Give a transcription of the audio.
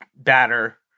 batter